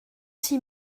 six